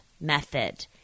Method